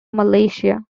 malaysia